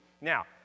Now